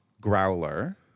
growler